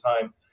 time